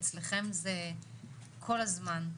אצלכם זה כל הזמן,